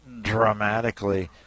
dramatically